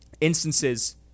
instances